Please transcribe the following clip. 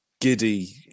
giddy